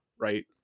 Right